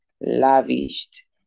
lavished